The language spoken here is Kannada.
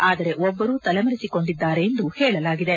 ಆದರೆ ಒಬ್ಬರು ತಲೆಮರೆಸಿಕೊಂಡಿದ್ದಾರೆ ಎಂದು ಹೇಳಲಾಗಿದೆ